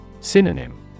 Synonym